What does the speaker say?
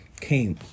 came